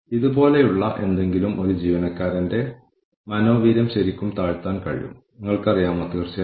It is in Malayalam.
അതുപോലെ കാഴ്ച്ചപ്പാട് ആരാണ് ഏതുതരം ഉപഭോക്തൃ അടിത്തറ അവിടെ നിലവിലുണ്ട് എന്നതിനെ ആശ്രയിച്ചിരിക്കും